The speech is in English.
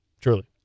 Truly